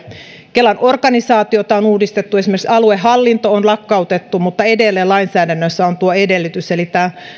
kelan organisaatiota on uudistettu esimerkiksi aluehallinto on lakkautettu mutta edelleen lainsäädännössä on tuo edellytys eli